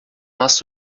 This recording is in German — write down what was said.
machst